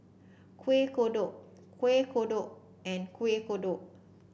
Kuih Kodok Kuih Kodok and Kuih Kodok